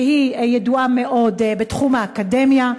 שהיא ידועה מאוד באקדמיה.